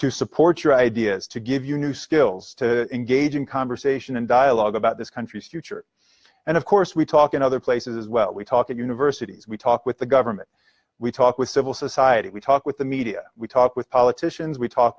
to support your ideas to give you new skills to engage in conversation and dialogue about this country's future and of course we talk in other places well we talk at universities we talk with the government we talk with civil society we talk with the media we talk with politicians we talk